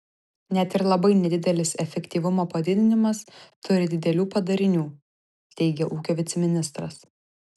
net ir labai nedidelis efektyvumo padidinimas turi didelių padarinių teigė ūkio viceministras